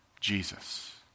Jesus